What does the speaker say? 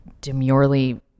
demurely